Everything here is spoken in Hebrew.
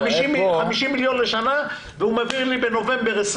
50 מיליון שקלים בשנה והוא מעביר לי בנובמבר 20